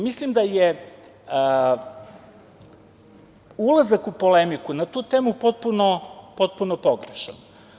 Mislim da je ulazak u polemiku na tu temu potpuno pogrešan.